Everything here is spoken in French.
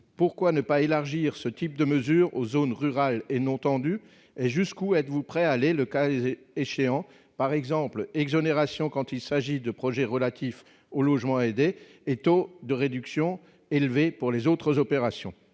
pourquoi ne pas élargir ce type de mesure aux zones rurales et non tendues et jusqu'où êtes-vous prêt à aller le caser échéant par exemple exonération quand il s'agit de projets relatifs au logement aidé étant de réduction élevé pour les autres opérations